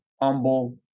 humble